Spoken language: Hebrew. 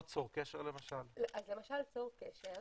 למשל צור קשר, צור קשר